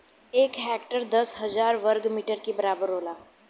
एक हेक्टेयर दस हजार वर्ग मीटर के बराबर होला